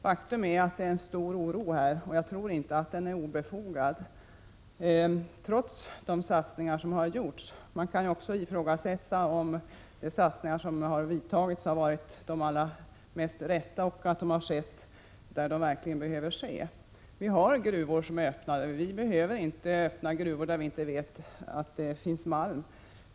Faktum är att det finns en stor oro här, och jag tror inte att den är obefogad, trots de satsningar som har gjorts. Man kan också ifrågasätta om satsningarna har varit de rätta och om de har gjorts där de verkligen behöver göras. Vi har gruvor som är öppnade, och vi behöver inte öppna gruvor i vilka vi inte vet om det finns malm.